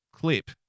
clip